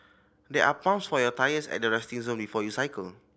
there are pumps for your tyres at the resting zone before you cycle